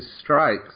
strikes